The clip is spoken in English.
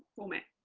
woman.